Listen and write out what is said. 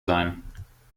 sein